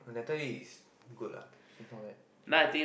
Natalie is good lah she's not bad